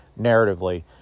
narratively